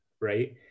right